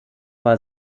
war